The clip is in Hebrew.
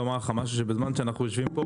בזמן שאנחנו יושבים כאן,